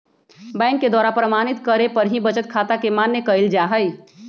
bank के द्वारा प्रमाणित करे पर ही बचत खाता के मान्य कईल जाहई